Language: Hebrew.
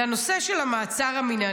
אני רוצה להתייחס גם לנושא של המעצר המינהלי,